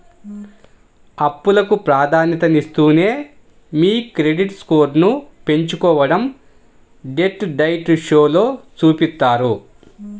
అప్పులకు ప్రాధాన్యతనిస్తూనే మీ క్రెడిట్ స్కోర్ను పెంచుకోడం డెట్ డైట్ షోలో చూపిత్తారు